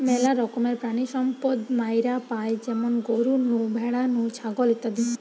মেলা রকমের প্রাণিসম্পদ মাইরা পাই যেমন গরু নু, ভ্যাড়া নু, ছাগল ইত্যাদি